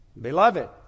Beloved